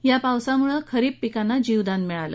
या पावसामुळे खरीप पिकांना जीवदान मिळालं